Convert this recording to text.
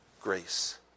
grace